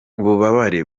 ububabare